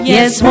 Yes